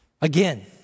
Again